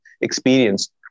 experienced